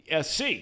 SC